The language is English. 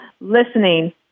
listening